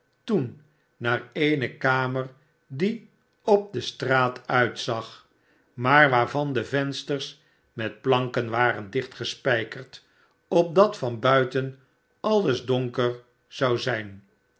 toen naar eene kamer die op de straat uitzag maar waarvan de vensters met planken waren dichtgespijkerd opdat van buiten alles donker zou zijn